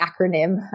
acronym